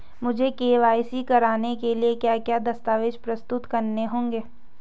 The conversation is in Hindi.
मुझे के.वाई.सी कराने के लिए क्या क्या दस्तावेज़ प्रस्तुत करने होंगे?